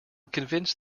convinced